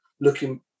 looking